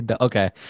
Okay